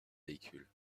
véhicules